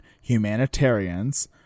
humanitarians